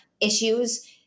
issues